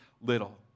little